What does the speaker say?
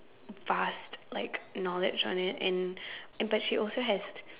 vast like knowledge on it and and but she also has